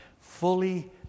fully